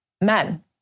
men